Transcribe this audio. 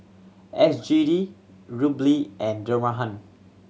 S G D Rubly and